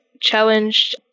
challenged